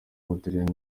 w’umutaliyani